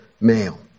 male